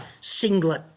singlet